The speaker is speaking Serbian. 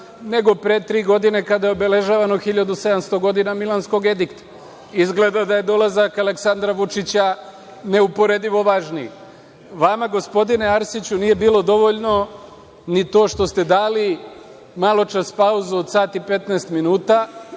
nego pre tri godine kada je obeležavano 1700 godina Milanskog edikta. Izgleda da je dolazak Aleksandra Vučića neuporedivo važniji. Vama, gospodine Arsiću nije bilo dovoljno ni to što ste dali malo čas pauzu od sat i 15 minuta.